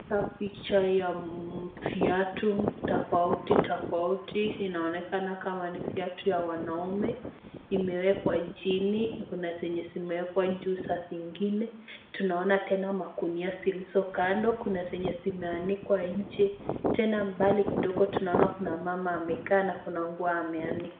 Picha ya viatu tofauti tofauti. Inaonekana kama ni viatu ya wanaume imewekwa chini, kuna zenye ziko juu ya zingine. Tunaona tena magunia zilizo kando. Kuna zenye zimeanikwa nje. Tena mbali kidogo tunaona kuna mama amekaa na kuna nguo ameanika.